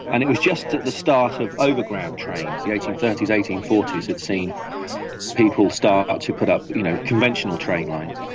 and it was just at the start of overground trains. the eighteen thirty s, eighteen forty s had seen people start to put up you know conventional train lines,